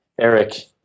Eric